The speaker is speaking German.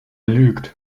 lügt